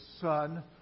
Son